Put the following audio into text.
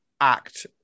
act